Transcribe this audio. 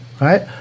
Right